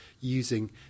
using